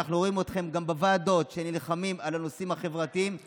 ואנחנו רואים אתכם גם בוועדות נלחמים על הנושאים החברתיים ואתם,